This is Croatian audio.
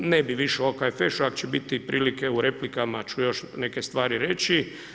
Ne bi više o OKFŠ-u, ako će biti prilike u replikama ću još neke stvari reći.